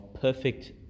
perfect